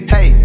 Hey